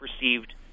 received